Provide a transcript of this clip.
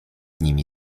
nimi